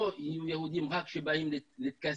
לא יהיו רק יהודים שבאים רק לטקסים,